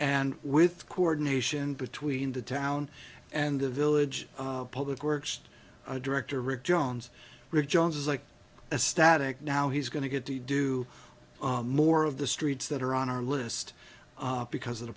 and with coordination between the town and the village public works director rick jones rejoinders like a static now he's going to get to do more of the streets that are on our list because of the